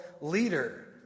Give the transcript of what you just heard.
leader